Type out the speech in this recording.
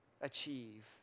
achieve